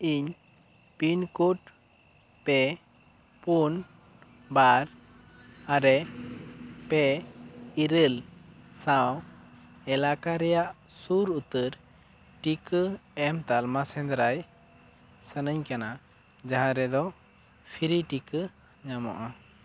ᱤᱧ ᱯᱤᱱᱠᱳᱰ ᱯᱮ ᱯᱩᱱ ᱵᱟᱨ ᱟᱨᱮ ᱯᱮ ᱤᱨᱟᱹᱞ ᱥᱟᱶ ᱮᱞᱟᱠᱟ ᱨᱮᱭᱟᱜ ᱥᱩᱨ ᱩᱛᱟᱹᱨ ᱴᱤᱠᱟᱹ ᱮᱢ ᱛᱟᱞᱢᱟ ᱥᱮᱫᱨᱟᱭ ᱥᱟᱱᱟᱧ ᱠᱟᱱᱟ ᱡᱟᱦᱟᱸ ᱨᱮ ᱯᱷᱨᱤ ᱴᱤᱠᱟᱹ ᱧᱟᱢᱚᱜᱼᱟ